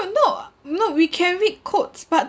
don't know ah no we can read codes but